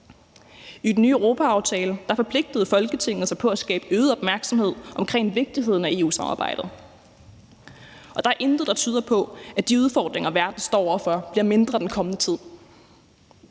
I den nye europaaftale forpligtede Folketinget sig på at skabe øget opmærksomhed omkring vigtigheden af EU-samarbejdet, og der er intet, der tyder på, at de udfordringer, verden står over for, bliver mindre den kommende tid.